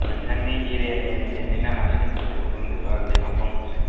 नोंथांनि एरियानि M L A नि नामा सोर बेखौ बुंदोंल' आं बेनाव फन हरसै